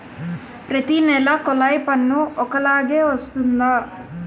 ప్రతి నెల కొల్లాయి పన్ను ఒకలాగే వస్తుందా?